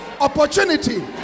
opportunity